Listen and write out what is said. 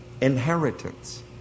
inheritance